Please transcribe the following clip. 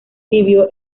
vivió